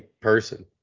person